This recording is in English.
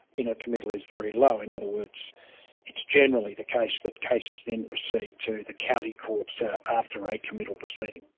in a committal is very low. in other words, it's generally the case that cases then proceed to the county courts after a committal proceeding.